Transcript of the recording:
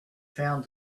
found